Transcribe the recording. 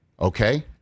Okay